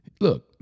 Look